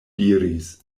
diris